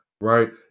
right